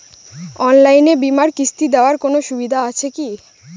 অনলাইনে বীমার কিস্তি দেওয়ার কোন সুবিধে আছে?